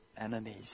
enemies